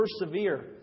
persevere